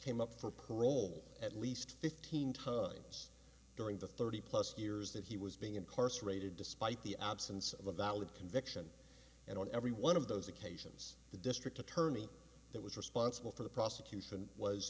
came up for parole at least fifteen times during the thirty plus years that he was being incarcerated despite the absence of a valid conviction and on every one of those occasions the district attorney that was responsible for the prosecution was